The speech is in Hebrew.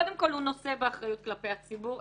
קודם כל הוא נושא באחריות כלפי הציבור,